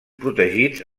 protegits